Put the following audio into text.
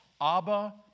Abba